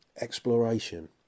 exploration